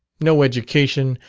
no education,